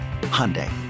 Hyundai